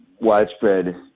widespread